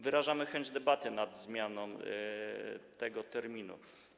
Wyrażamy chęć debaty nad zmianą tego terminu.